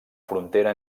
frontera